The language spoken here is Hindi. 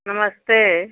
नमस्ते